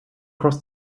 cross